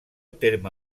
terme